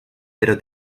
pero